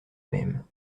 même